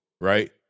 right